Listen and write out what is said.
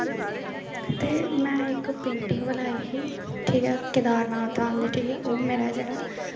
ते में इक पेंटिंग बनाई ही ठीक ऐ केदारनाथ धाम दी ठीक ऐ ओह् मेरा जेह्ड़ा